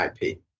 IP